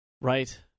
Right